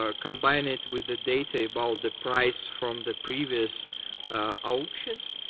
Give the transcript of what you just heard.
ah combine it with the data about the price from the previous auctions,